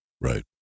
right